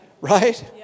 Right